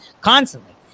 constantly